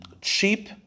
cheap